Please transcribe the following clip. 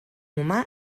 humà